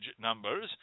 numbers